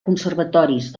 conservatoris